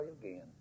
again